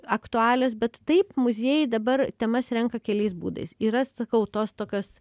aktualios bet taip muziejai dabar temas renka keliais būdais yra sakau tos tokios